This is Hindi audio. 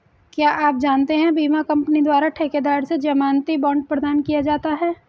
क्या आप जानते है बीमा कंपनी द्वारा ठेकेदार से ज़मानती बॉण्ड प्रदान किया जाता है?